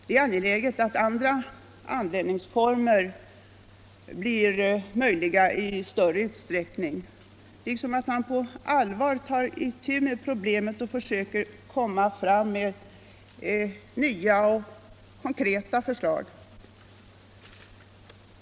Det är angeläget att andra användningsformer blir möjliga i större utsträckning, liksom att man på allvar tar itu med problemet och försöker lägga fram nya och konkreta förslag.